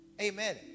Amen